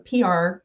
pr